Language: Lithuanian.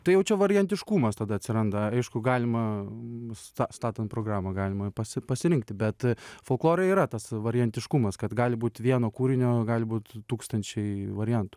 tai jaučia variantiškumas tada atsiranda aišku galima sta statant programą galima pasirinkti bet folklore yra tas variantiškumas kad gali būti vieno kūrinio gali būti tūkstančiai variantų